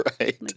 right